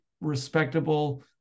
respectable